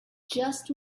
just